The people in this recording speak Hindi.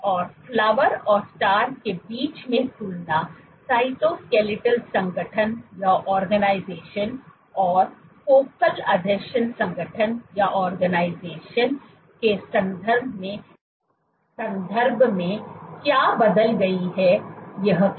और फ्लावर और स्टार के बीच में तुलना साइटोसकेलेटल संगठन और फोकल आसंजन संगठन के संदर्भ में क्या बदल गई है यह किया